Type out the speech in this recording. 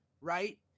right